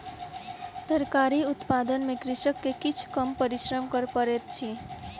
तरकारी उत्पादन में कृषक के किछ कम परिश्रम कर पड़ैत अछि